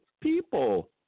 people